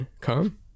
Come